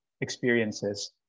experiences